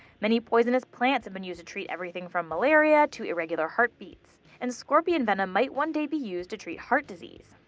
many poisonous plants have been used to treat everything from malaria to irregular heartbeats. and scorpion venom might one day be used to treat heart disease.